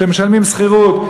שמשלמים שכירות,